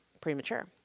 premature